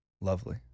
lovely